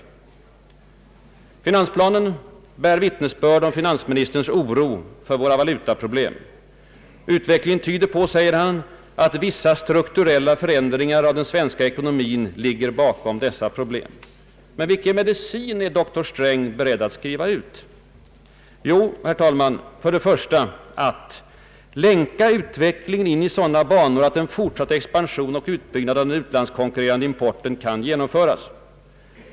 Finansplanen bär vittnesbörd om finansministerns oro för våra valutaproblem. Utvecklingen tyder på, säger han, att »vissa strukturella förändringar av den svenska ekonomin ligger bakom dessa problem». Men vilken medicin är doktor Sträng beredd att skriva ut? Jo, herr talman, för det första att »länka utvecklingen in i sådana banor, att en fortsatt expansion och utbyggnad av den utlandskonkurrerande importen kan genomföras».